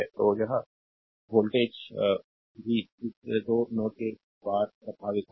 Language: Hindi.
तो यह वोल्टेज v इस 2 नोड के पार प्रभावित होगा